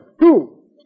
Two